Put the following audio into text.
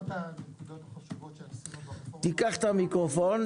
אחד הדברים החשובים שעשינו ברפורמה הזאת